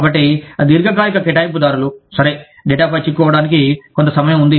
కాబట్టి దీర్ఘకాలిక కేటాయింపుదారులు సరే డేటాపై చిక్కుకోవడానికి కొంత సమయం ఉంది